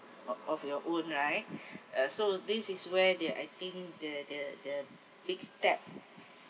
o~ of your own right uh so this is where the I think the the the big step